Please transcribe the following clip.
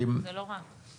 זה לא רק.